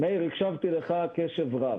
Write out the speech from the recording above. מאיר, הקשבתי לך קשב רב.